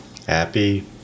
Happy